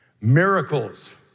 miracles